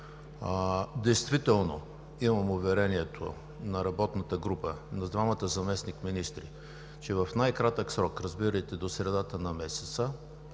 събрание. Имаме уверението на работната група, на двамата заместник-министри, че в най-кратък срок – разбирайте до средата на месеца,